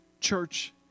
Church